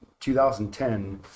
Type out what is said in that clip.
2010